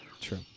true